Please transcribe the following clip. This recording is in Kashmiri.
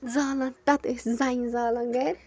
زالان پَتہٕ ٲسۍ زَنہِ زالان گَرِ